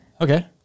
Okay